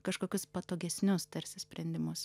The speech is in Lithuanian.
kažkokius patogesnius tarsi sprendimus